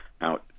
Now